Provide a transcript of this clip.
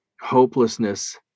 hopelessness